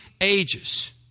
ages